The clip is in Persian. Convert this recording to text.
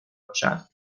باشد